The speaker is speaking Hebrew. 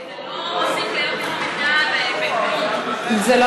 רחל, זה לא